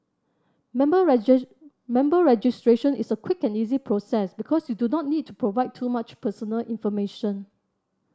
member member registration is a quick and easy process because you do not need to provide too much personal information